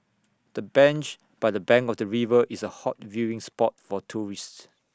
the bench by the bank of the river is A hot viewing spot for tourists